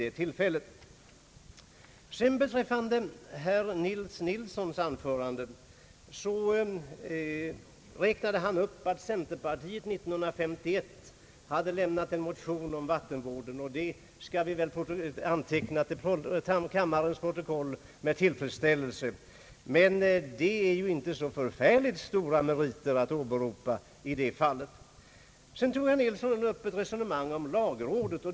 Herr Nils Nilsson sade i sitt anförande att centerpartiet år 1951 hade väckt en motion om vattenvården. Det skall vi väl anteckna till kammarens protokoll med tillfredsställelse. Men det är ju inte så förfärligt stora meriter att åberopa. Sedan tog herr Nilsson upp ett resonemang om lagrådet.